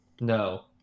No